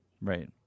Right